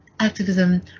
Activism